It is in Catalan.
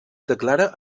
declara